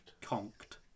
Conked